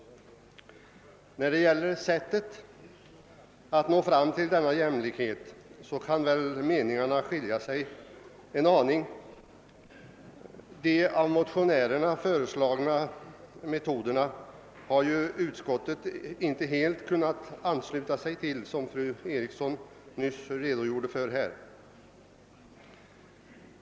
När det gäller sättet att nå fram till denna jämlikhet kan väl meningarna skilja sig en aning. De av motionärerna föreslagna metoderna har utskottet inte helt kunnat förorda, vilket fru Eriksson i Stockholm nyss redogjorde för här.